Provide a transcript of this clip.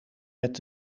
met